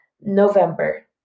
November